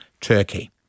Turkey